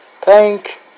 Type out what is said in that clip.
thank